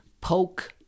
Poke